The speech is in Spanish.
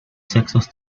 sexos